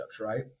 right